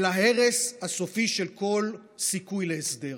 אל ההרס הסופי של כל סיכוי להסדר,